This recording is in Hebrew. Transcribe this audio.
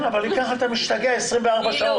אם לא, אתה משתגע במשך 24 שעות.